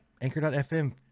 anchor.fm